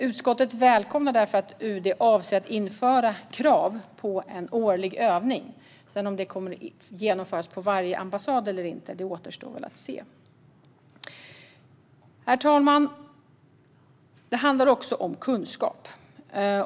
Utskottet välkomnar därför att UD avser att införa krav på en årlig övning. Om det sedan kommer att genomföras på varje ambassad eller inte återstår att se. Herr talman! Det handlar också om kunskap.